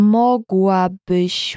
mogłabyś